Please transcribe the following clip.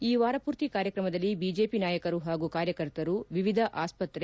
ಈ ವಾರಪೂರ್ತಿ ಕಾರ್ಯಕ್ರಮದಲ್ಲಿ ಬಿಜೆಪಿ ನಾಯಕರು ಹಾಗೂ ಕಾರ್ಯಕರ್ತರು ವಿವಿಧ ಆಸ್ಪತ್ತೆ